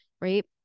right